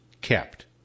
kept